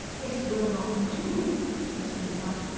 this will not do he said to himself.